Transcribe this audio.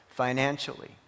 Financially